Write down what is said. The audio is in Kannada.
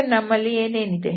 ಈಗ ನಮ್ಮಲ್ಲಿ ಏನೇನಿದೆ